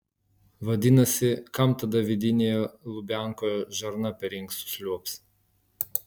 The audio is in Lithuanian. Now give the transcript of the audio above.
vadinasi kam tada vidinėje lubiankoje žarna per inkstus liuobs